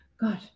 god